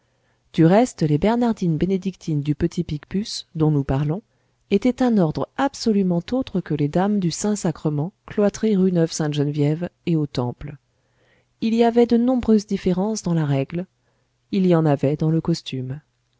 du reste les bernardines bénédictines du petit picpus dont nous parlons étaient un ordre absolument autre que les dames du saint-sacrement cloîtrées rue neuve-sainte-geneviève et au temple il y avait de nombreuses différences dans la règle il y en avait dans le costume